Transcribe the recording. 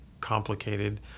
complicated